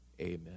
Amen